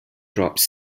dropped